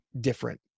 different